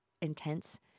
intense